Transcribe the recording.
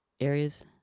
areas